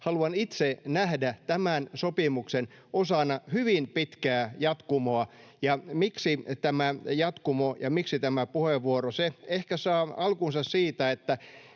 haluan itse nähdä tämän sopimuksen osana hyvin pitkää jatkumoa, ja miksi tämä jatkumo ja miksi tämä puheenvuoro? Se ehkä saa alkunsa siitä, että